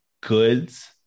goods